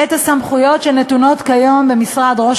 את הסמכויות שנתונות כיום למשרד ראש